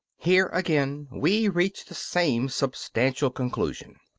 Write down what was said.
here again we reach the same substantial conclusion.